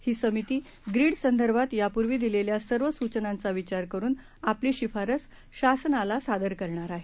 ही समिती ग्रीड संदर्भात यापुर्वी दिलेल्या सर्व सुचनांचा विचार करुन आपली शिफारस शासनाला सादर करणार आहे